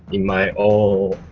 in my all.